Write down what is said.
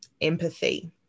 empathy